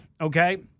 okay